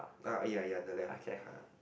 ah ya ya the left of the car